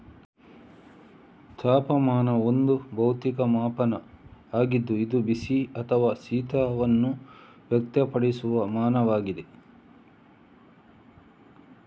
ತಾಪಮಾನವು ಒಂದು ಭೌತಿಕ ಮಾಪನ ಆಗಿದ್ದು ಇದು ಬಿಸಿ ಅಥವಾ ಶೀತವನ್ನು ವ್ಯಕ್ತಪಡಿಸುವ ಮಾನವಾಗಿದೆ